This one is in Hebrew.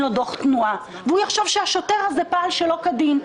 לו דו"ח תנועה והוא יחשוב שהשוטר פעל שלא כדין?